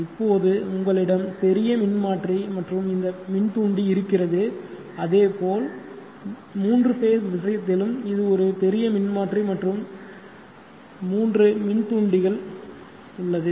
இப்போது உங்களிடம் பெரிய மின்மாற்றி மற்றும் இந்த மின்தூண்டி இருக்கிறது அதேபோல் 3 ஃபேஸ் விஷயத்திலும் இது ஒரு பெரிய மின்மாற்றி மற்றும் 3 மின் தூண்டிகள் உள்ளது